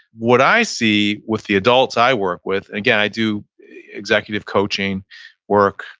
what i see with the adults i work with. again, i do executive coaching work,